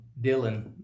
Dylan